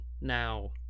now